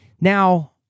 Now